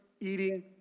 eating